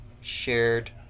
shared